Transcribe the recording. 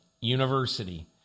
University